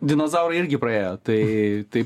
dinozaurai irgi praėjo tai taip